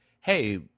hey